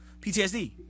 PTSD